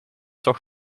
toch